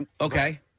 Okay